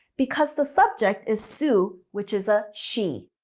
because the subject is sue which is a she.